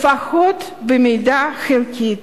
לפחות במידה חלקית,